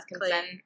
consent